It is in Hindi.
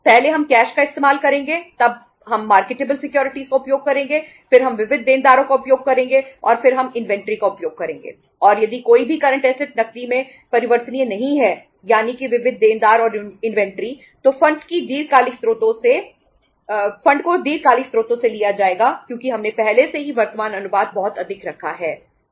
पहले हम कैश को दीर्घकालिक स्रोतों से लिया जाएगा क्योंकि हमने पहले से ही वर्तमान अनुपात बहुत अधिक रखा है जो 2 1 है